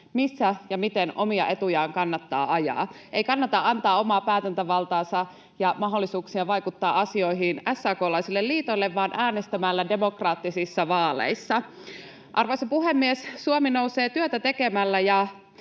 missä ja miten omia etujaan kannattaa ajaa. Ei kannata antaa omaa päätäntävaltaansa ja mahdollisuuksia vaikuttaa asioihin SAK:laisille liitoille vaan äänestämällä demokraattisissa vaaleissa. Arvoisa puhemies! Suomi nousee työtä tekemällä,